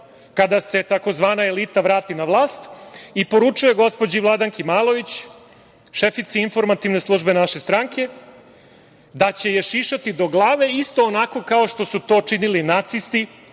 kada se tzv. elita vrati na vlast i poručio je gospođi Vladanki Malović, šefici Informativne službe naše stranke da će je šišati do glave isto onako kao što su to činili nacisti